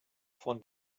von